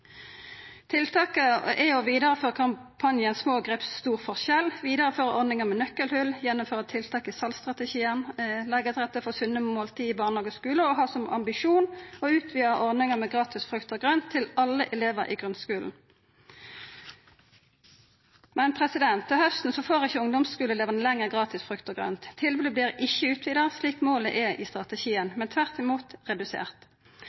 er å vidareføra kampanjen «Små grep, stor forskjell», vidareføra ordninga med Nøkkelholet, gjennomføra tiltaka i saltstrategien, leggja til rette for sunne måltid i barnehage og skule og ha som ambisjon å utvida ordninga med gratis frukt og grønt til alle elevar i grunnskulen. Men til hausten får ikkje ungdomsskuleelevane lenger gratis frukt og grønt. Tilbodet vert ikkje utvida, slik målet er i strategien, men tvert imot redusert.